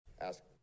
ask